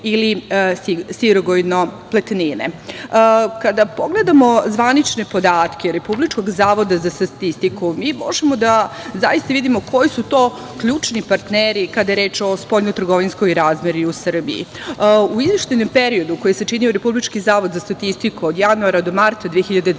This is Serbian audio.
ili sirogojno pletnine. Kada pogledamo zvanične podatke Republičkog zavoda za statistiku mi možemo da zaista vidimo koji su to ključni partneri kada je reč o spoljnotrgovinskoj razmeni u Srbiji. U izveštajnom periodu, koji je sačinio Republički zavod za statistiku, od januara do marta 2021.